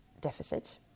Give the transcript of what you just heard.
deficit